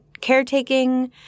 caretaking –